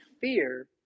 fear